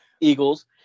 Eagles